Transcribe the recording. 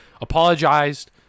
apologized